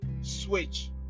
switch